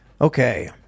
Okay